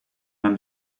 mijn